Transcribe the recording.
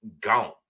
gone